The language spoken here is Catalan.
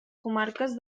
comarques